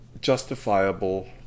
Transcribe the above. justifiable